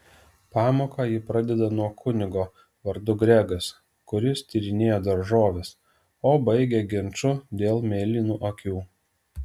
pamoką ji pradeda nuo kunigo vardu gregas kuris tyrinėjo daržoves o baigia ginču dėl mėlynų akių